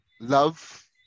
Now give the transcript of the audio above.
love